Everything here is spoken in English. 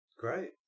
great